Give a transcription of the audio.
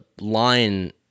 line